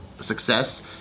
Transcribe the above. success